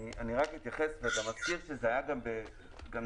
אני רק אתייחס וגם מזכיר שזה גם נכלל